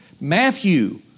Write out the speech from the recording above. Matthew